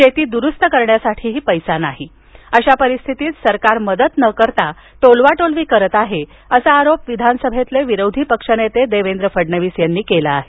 शेती दुरूस्त करण्यासाठीही पैसा नाही अशा परिस्थितीत सरकार मदत न करता टोलवा टोलवी करतं आहे असा आरोप विधानसभेतले विरोधी पक्षनेते देवेंद्र फडणविस यांनी केला आहे